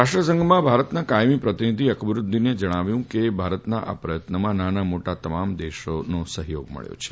રાષ્ટ્રસંઘમાં ભારતના કાયમી પ્રતિનિધિ અકબરૂદ્દીને જણાવ્યું કે ભારતના આ પ્રયત્નમાં નાના મોટા તમામ દેશોને સફથોગ મળ્યો છે